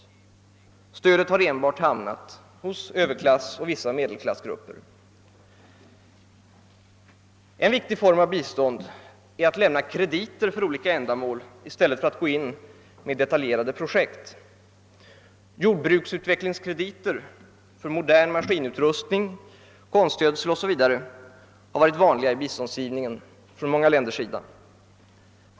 Stödet har enbart hamnat hos överklassoch vissa medelklassgrupper. En viktig form av bistånd är att lämna krediter för olika ändamål i stället för att gå in med detaljerade projekt. Jordbruksutvecklingskrediter — för modern maskinutrustning, konstgödsel etc. — har varit vanliga i många länders biståndsgivning.